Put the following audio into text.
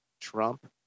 Trump